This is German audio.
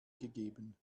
gegeben